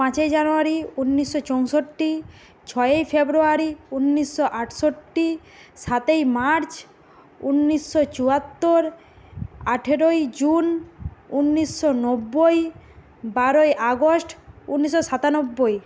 পাঁচই জানুয়ারি উনিশশো চৌষট্টি ছয়ই ফেব্রুয়ারি উনিশশো আটষট্টি সাতই মার্চ উনিশশো চুয়াত্তর আঠেরোই জুন উনিশশো নব্বই বারোই আগস্ট উনিশশো সাতানব্বই